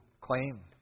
claim